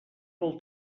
vol